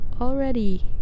already